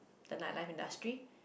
the night life industry